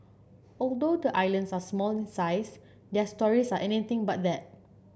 although the islands are small in size their stories are anything but that